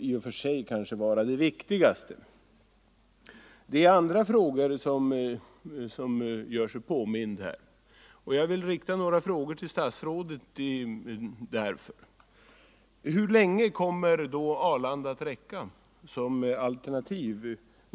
i och för sig är det viktigaste. Det är andra frågor som här gör sig påminda, och jag vill ställa några sådana frågor till herr statsrådet: Hur länge kommer Arlanda att räcka som alternativ?